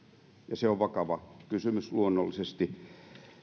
se on vakava kysymys luonnollisesti